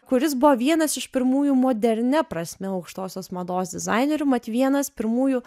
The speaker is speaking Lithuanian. kuris buvo vienas iš pirmųjų modernia prasme aukštosios mados dizainerių mat vienas pirmųjų